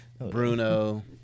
Bruno